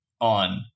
on